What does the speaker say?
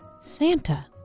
Santa